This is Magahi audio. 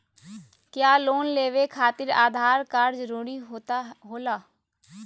क्या लोन लेवे खातिर आधार कार्ड जरूरी होला?